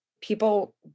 People